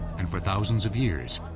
and, for thousands of years,